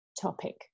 topic